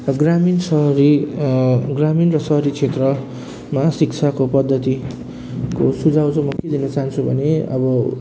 र ग्रामीण सहरी ग्रामीण र सहरी क्षेत्रमा शिक्षाको पद्धतिको सुझाव चाहिँ म के दिन चाहन्छु भने अब